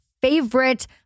favorite